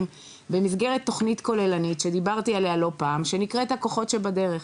במסגרת תוכנית כוללנית שדיברתי עליה לא פעם שנקראת הכוחות שבדרך,